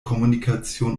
kommunikation